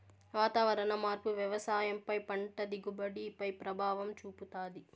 వాతావరణ మార్పు వ్యవసాయం పై పంట దిగుబడి పై ప్రభావం చూపుతాది